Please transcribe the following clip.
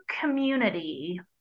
community